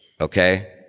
Okay